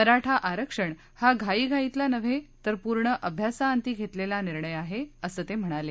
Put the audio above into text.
मराठा आरक्षण हा घाईघाईतला नव्हे तर पूर्ण अभ्यासाअंती घेतलेला निर्णय आहे असं ते म्हणाले